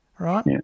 right